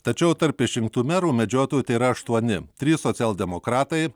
tačiau tarp išrinktų merų medžiotojų tėra aštuoni trys socialdemokratai